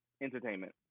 Entertainment